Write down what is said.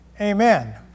amen